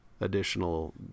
Additional